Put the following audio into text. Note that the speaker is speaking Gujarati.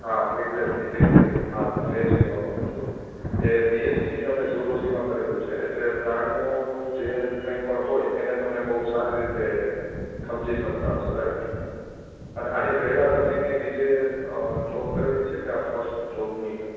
હા એકજેટ્લી એકજેટ્લી હા હું એ જ કહેવા માંગુ એ બીએસસી તમે ઝૂઓલોજીમાં કરેલું છે એટલે પ્રાણીઓનું જે કાઈ પણ હોય એને તમે બહુ સારી રીતે સમજી શકતા હશો રાઇટ અને આની પહેલા તમે કયા એ બીજે જોબ કરેલી છે કે આ ફસ્ટ જોબનું છે